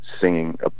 singing